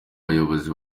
bayobozi